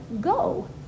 go